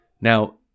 Now